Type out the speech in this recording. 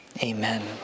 Amen